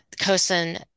COSIN